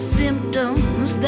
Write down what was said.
symptoms